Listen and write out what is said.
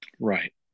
Right